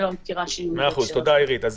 תודה, עירית.